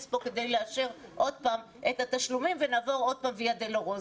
כאן כדי לאשר עוד פעם את התשלומים ושוב נעבור ויה דולורוזה.